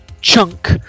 chunk